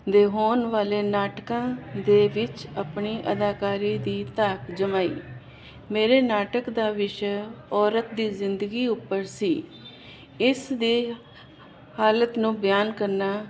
ਦੇ ਹੋਣ ਵਾਲੇ ਨਾਟਕਾਂ ਦੇ ਵਿੱਚ ਆਪਣੀ ਅਦਾਕਾਰੀ ਦੀ ਧਾਕ ਜਮਾਈ ਮੇਰੇ ਨਾਟਕ ਦਾ ਵਿਸ਼ਾ ਔਰਤ ਦੀ ਜ਼ਿੰਦਗੀ ਉੱਪਰ ਸੀ ਇਸ ਦੇ ਹਾਲਤ ਨੂੰ ਬਿਆਨ ਕਰਨਾ